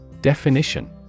Definition